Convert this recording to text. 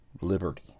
liberty